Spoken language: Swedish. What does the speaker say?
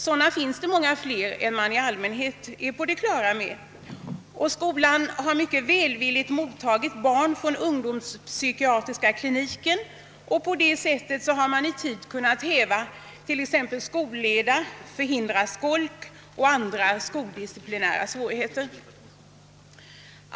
Sådana finns det många fler än vi i allmänhet är på det klara med. Skolan har mycket välvilligt mottagit barn från ungdomspsykiatriska kliniken, och på det sättet har man i tid t.ex. kunnat häva skolleda och förhindra skolk och andra skoldisciplinära svårigheter.